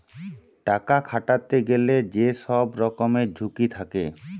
টাকা খাটাতে গেলে যে সব রকমের ঝুঁকি থাকে